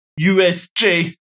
USJ